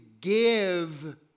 give